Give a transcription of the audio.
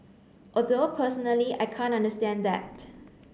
although personally I can't understand that